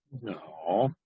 no